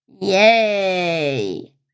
Yay